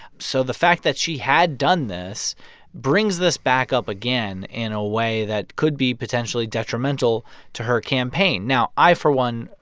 so the fact that she had done this brings this back up again in a way that could be potentially detrimental to her campaign. now, i, for one,